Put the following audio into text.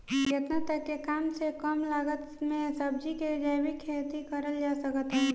केतना तक के कम से कम लागत मे सब्जी के जैविक खेती करल जा सकत बा?